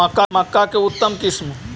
मक्का के उतम किस्म?